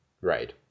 Right